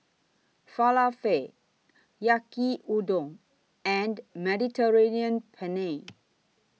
Falafel Yaki Udon and Mediterranean Penne